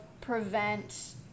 prevent